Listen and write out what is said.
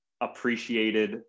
appreciated